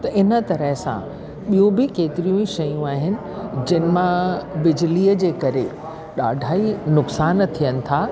त इन तरह सां ॿियूं बि केतिरियूं ई शयूं आहिनि जिन मां बिजलीअ जे करे ॾाढा ई नुकसानु थियनि था